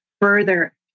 further